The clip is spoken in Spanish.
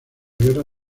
guerra